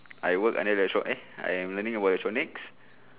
I work under the shop eh I am learning about electronics